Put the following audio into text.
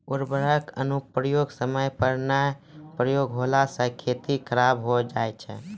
उर्वरक अनुप्रयोग समय पर नाय प्रयोग होला से खेती खराब हो जाय छै